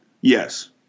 Yes